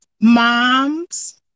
mom's